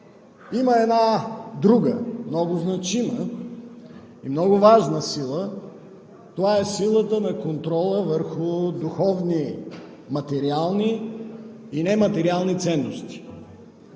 Има една друга много значима и много важна сила – това е силата на контрола върху духовни, материални и нематериални ценности.